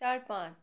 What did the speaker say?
চার পাঁচ